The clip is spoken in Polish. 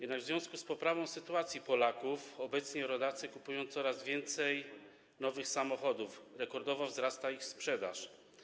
Jednak, w związku z poprawą sytuacji Polaków, obecnie rodacy kupują coraz więcej nowych samochodów, rekordowo wzrasta ich sprzedaż.